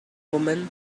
woman